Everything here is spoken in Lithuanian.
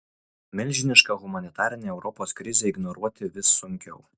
milžinišką humanitarinę europos krizę ignoruoti vis sunkiau